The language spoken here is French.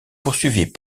poursuivit